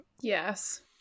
Yes